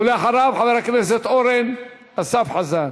ואחריו, חבר הכנסת אורן אסף חזן.